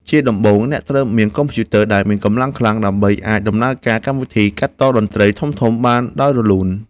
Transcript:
ជាដំបូងអ្នកត្រូវមានកុំព្យូទ័រដែលមានកម្លាំងខ្លាំង ដើម្បីអាចដំណើរការកម្មវិធីកាត់តតន្ត្រីធំៗបានដោយរលូន។